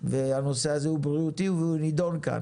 והנושא הזה הוא בריאותי והוא נדון כאן,